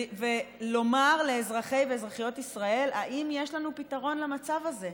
ולומר לאזרחי ואזרחיות ישראל אם יש לנו פתרון למצב הזה.